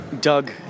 Doug